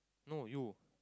no you